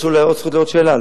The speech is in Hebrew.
יש לו אולי זכות לעוד שאלה.